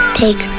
take